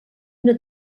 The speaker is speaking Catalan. una